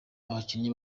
abakinnyi